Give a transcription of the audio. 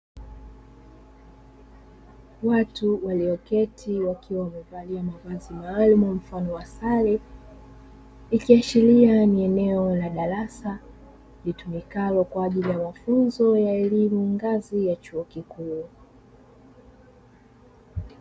Watu waliyoketi wakiwa wamevalia mavazi maalumu mfano wa sare ikiashiria ni eneo la darasa, litumikalo kwa ajili ya mafunzo ya elimu ngazi ya chuo kikuu.